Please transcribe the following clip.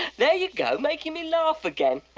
there you go, making me laugh again.